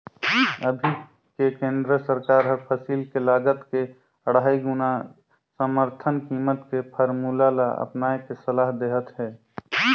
अभी के केन्द्र सरकार हर फसिल के लागत के अढ़ाई गुना समरथन कीमत के फारमुला ल अपनाए के सलाह देहत हे